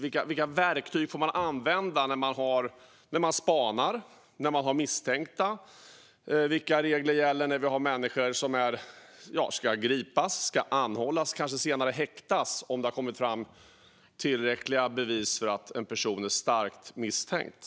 Det handlar om vilka verktyg man får använda när man spanar och när man har misstänkta och vilka regler som gäller när människor ska gripas, anhållas och kanske senare häktas om det har kommit fram tillräckliga bevis för att en person är starkt misstänkt.